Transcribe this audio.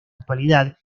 actualidad